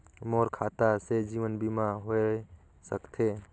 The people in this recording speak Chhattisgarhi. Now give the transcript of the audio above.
मोर खाता से जीवन बीमा होए सकथे?